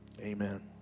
amen